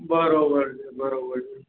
બરાબર છે બરાબર છે